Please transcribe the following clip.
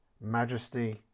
Majesty